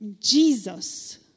Jesus